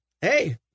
hey